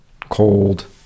cold